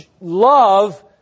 love